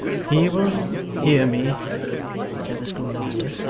he will hear me said the schoolmaster,